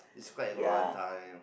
it's quite a long time